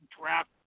draft